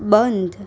બંધ